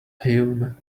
hewn